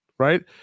Right